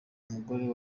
umugore